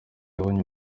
yabonye